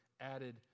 added